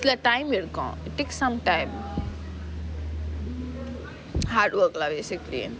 time எடுக்கும்:edukum it takes some time hard work lah basically